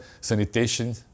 sanitation